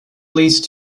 least